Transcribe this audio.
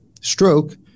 stroke